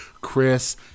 chris